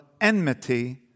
enmity